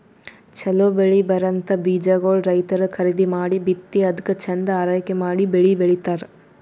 ಛಲೋ ಬೆಳಿ ಬರಂಥ ಬೀಜಾಗೋಳ್ ರೈತರ್ ಖರೀದಿ ಮಾಡಿ ಬಿತ್ತಿ ಅದ್ಕ ಚಂದ್ ಆರೈಕೆ ಮಾಡಿ ಬೆಳಿ ಬೆಳಿತಾರ್